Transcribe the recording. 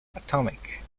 atomic